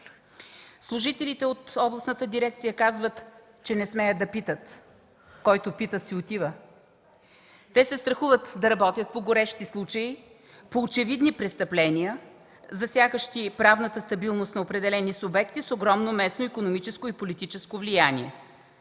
Служителите от Областната дирекция казват, че не смеят да питат. Който пита, си отива. Те се страхуват да работят по горещи случаи, по очевидни престъпления, засягащи правната стабилност на определени субекти с огромно местно икономическо и политическо влияние.